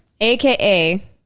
AKA